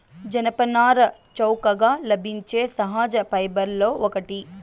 జనపనార చౌకగా లభించే సహజ ఫైబర్లలో ఒకటి